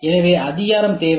எனவே அங்கீகாரம் தேவை